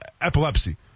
epilepsy